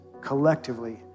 collectively